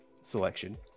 selection